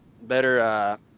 Better